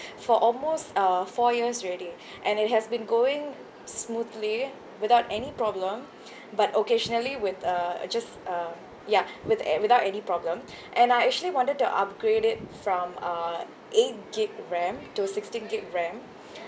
for almost uh four years already and it has been going smoothly without any problem but occasionally with uh just uh ya with a~ without any problem and I actually wanted to upgrade it from uh eight gig ram to sixteen gig ram